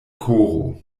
koro